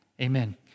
Amen